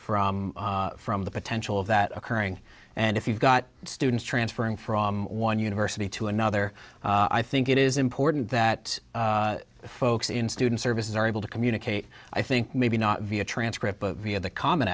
from from the potential of that occurring and if you've got students transferring from one university to another i think it is important that folks in student services are able to communicate i think maybe not via transcript via the common